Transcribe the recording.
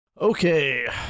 Okay